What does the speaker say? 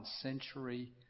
century